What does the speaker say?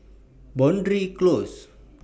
Boundary Close